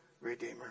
redeemer